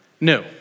No